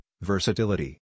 Versatility